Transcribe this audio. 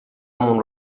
مون